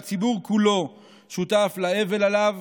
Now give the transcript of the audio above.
והציבור כולו שותף לאבל עליו